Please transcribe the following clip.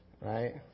right